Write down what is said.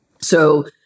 So-